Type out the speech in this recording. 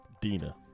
Dina